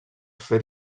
fer